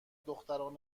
دختران